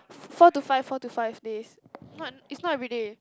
four to five four to five days not is not every day